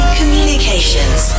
communications